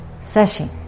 session